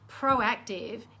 proactive